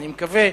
אני מקווה,